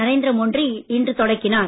நரேந்திர மோடி இன்று தொடங்கினார்